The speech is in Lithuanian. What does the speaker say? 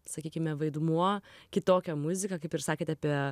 sakykime vaidmuo kitokia muzika kaip ir sakėt apie